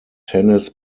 tennis